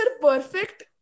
Perfect